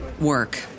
work